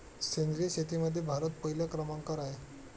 सेंद्रिय शेतीमध्ये भारत पहिल्या क्रमांकावर आहे